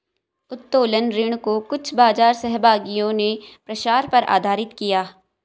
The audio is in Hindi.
उत्तोलन ऋण को कुछ बाजार सहभागियों ने प्रसार पर आधारित किया